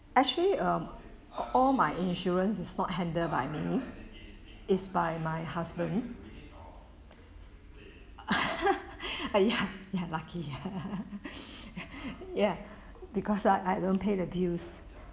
actually um all my insurance is not handled by me is by my husband ah ya ya lucky ya because I I don't pay the bills